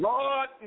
Lord